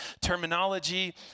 terminology